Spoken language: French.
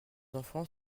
enfants